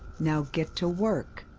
now get to work!